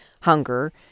hunger